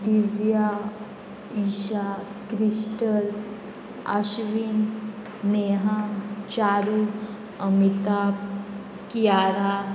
Divya Isha Crystal Ashwin Neha Charu Amita Kiara